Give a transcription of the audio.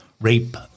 rape